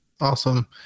Awesome